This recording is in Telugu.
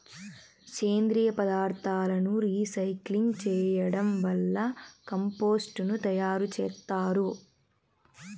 సేంద్రీయ పదార్థాలను రీసైక్లింగ్ చేయడం వల్ల కంపోస్టు ను తయారు చేత్తారు